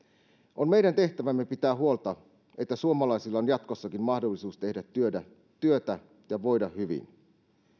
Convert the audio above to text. on meidän tehtävämme pitää huolta että suomalaisilla on jatkossakin mahdollisuus tehdä työtä ja voida hyvin